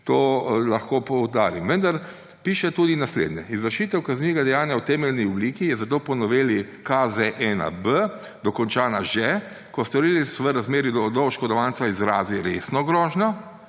To lahko poudarim, vendar piše tudi naslednje: »Izvršitev kaznivega dejanja v temeljni obliki je zato po noveli KZ1B dokončana že, ko storilec v razmerju do oškodovanca izrazi resno grožnjo